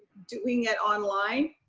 doing it online,